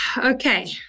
Okay